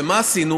ומה עשינו?